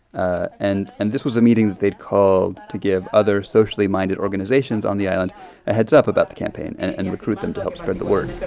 ah and and this was a meeting they'd called to give other socially minded organizations on the island a heads-up about the campaign and and recruit them to help spread the word